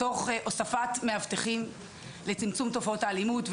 תוך הוספת מאבטחים לצמצום תופעות האלימות,